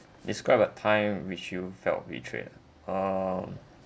describe a time which you felt betrayed um